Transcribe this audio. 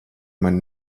mani